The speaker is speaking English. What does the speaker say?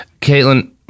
Caitlin